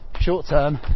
Short-term